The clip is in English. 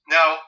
Now